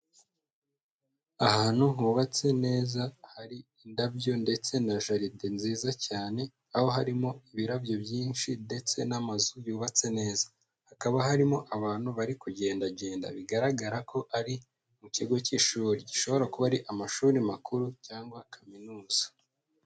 Ahantu hubatse neza hari indabyo ndetse na jaride nziza cyane, aho harimo ibirabyo byinshi ndetse n'amazu yubatse neza. Hakaba harimo abantu bari kugendagenda bigaragara ko ari mu kigo cy'ishuri gishobora kuba ari amashuri makuru cyangwa kaminuza.